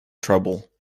trouble